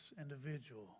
individual